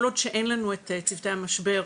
כל עוד שאין לנו את צוותי המשבר,